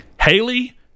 Haley